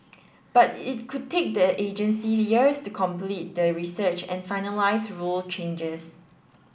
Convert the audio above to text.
but it could take the agency years to complete the research and finalise rule changes